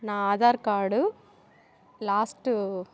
నా Aadhaar card last